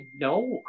No